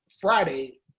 Friday